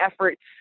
efforts